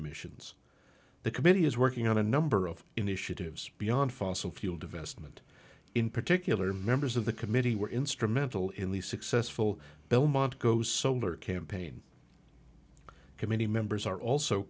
emissions the committee is working on a number of initiatives beyond fossil fuel divestment in particular members of the committee were instrumental in the successful belmont goes solar campaign committee members are also